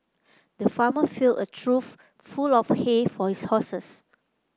the farmer filled a trough full of hay for his horses